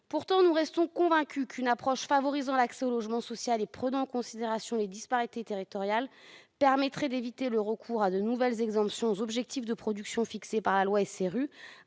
Pourtant, nous restons convaincus qu'une approche favorisant l'accès au logement social et prenant en considération les disparités territoriales permettrait d'éviter le recours à de nouvelles exemptions aux objectifs de production fixés par la loi SRU,